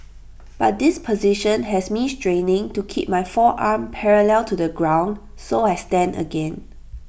but this position has me straining to keep my forearm parallel to the ground so I stand again